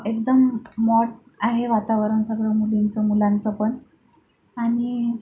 एकदम मॉड आहे वातावरण सगळं मुलींचं मुलांचंपण आणि